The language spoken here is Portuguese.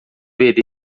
ver